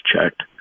checked